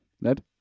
Ned